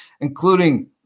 including